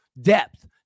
depth